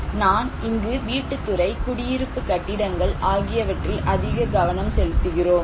நாம் இங்கு வீட்டுத் துறை குடியிருப்பு கட்டிடங்கள் ஆகியவற்றில் அதிக கவனம் செலுத்துகிறோம்